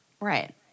Right